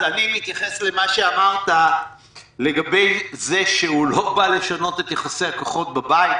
אני מתייחס למה שאמרת לגבי זה שהוא לא בא לשנות את יחסי הכוחות בבית.